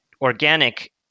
organic